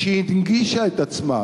הנגישה את עצמה,